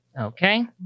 Okay